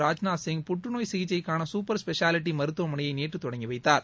ராஜ்நாத் சிங் புற்று நோய் சிகிச்சைக்கான சூப்பர் ஸ்பெஷாலிட்டி மருத்துவமனையை நேற்று தொடங்கி வைத்தார்